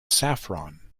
saffron